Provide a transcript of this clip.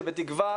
שבתקווה,